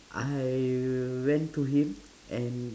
I went to him and